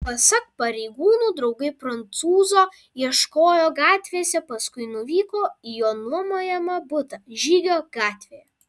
pasak pareigūnų draugai prancūzo ieškojo gatvėse paskui nuvyko į jo nuomojamą butą žygio gatvėje